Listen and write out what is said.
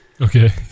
Okay